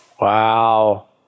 wow